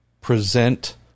present